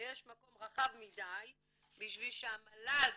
יש מקום רחב מדי בשביל שהמל"ג